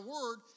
word